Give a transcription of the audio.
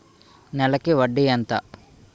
నెలకి వడ్డీ ఎంత?